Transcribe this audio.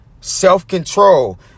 self-control